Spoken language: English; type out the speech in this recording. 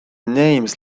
names